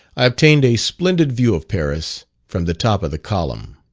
i obtained a splendid view of paris from the top of the column.